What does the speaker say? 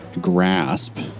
grasp